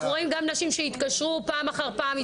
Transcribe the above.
אנחנו רואים גם נשים שהתקשרו פעם אחר פעם.